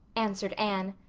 answered anne.